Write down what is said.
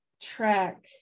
track